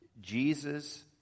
Jesus